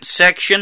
section